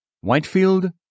Whitefield